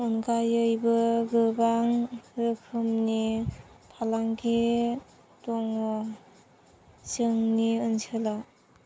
अनगायैबो गोबां रोखोमनि फालांगि दङ जोंनि ओनसोलाव